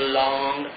long